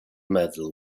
medal